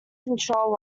control